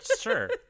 sure